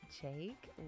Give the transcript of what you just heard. Jake